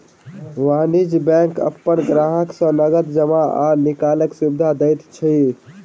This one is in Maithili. वाणिज्य बैंक अपन ग्राहक के नगद जमा आ निकालैक सुविधा दैत अछि